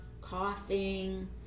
coughing